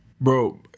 Bro